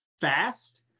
fast